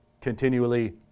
continually